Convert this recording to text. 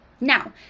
Now